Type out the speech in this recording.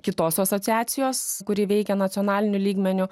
kitos asociacijos kuri veikia nacionaliniu lygmeniu